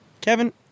Kevin